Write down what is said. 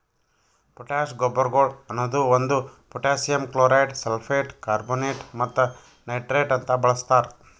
potash ಗೊಬ್ಬರಗೊಳ್ ಅನದು ಒಂದು ಪೊಟ್ಯಾಸಿಯಮ್ ಕ್ಲೋರೈಡ್, ಸಲ್ಫೇಟ್, ಕಾರ್ಬೋನೇಟ್ ಮತ್ತ ನೈಟ್ರೇಟ್ ಅಂತ ಬಳಸ್ತಾರ್